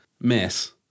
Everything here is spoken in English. miss